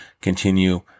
continue